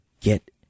get